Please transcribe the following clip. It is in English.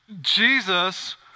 Jesus